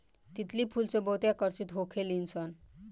तितली फूल से बहुते आकर्षित होखे लिसन